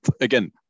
again